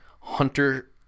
Hunter